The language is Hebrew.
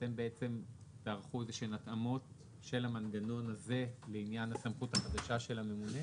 ואתם תערכו התאמות של המנגנון הזה לעניין הסמכות החדשה של הממונה?